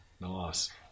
Nice